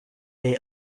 they